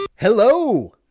Hello